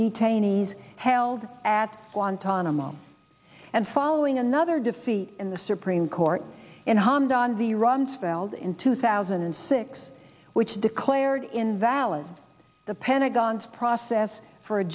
detainees held at guantanamo and following another defeat in the supreme court in honde on the run spells in two thousand and six which declared invalid the pentagon's process for